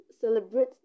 celebrate